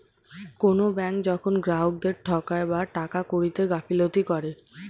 কোনো ব্যাঙ্ক যখন গ্রাহকদেরকে ঠকায় বা টাকা কড়িতে গাফিলতি করে